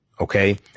okay